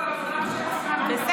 לא, אבל את עונה בשם השר.